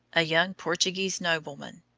a young portuguese nobleman.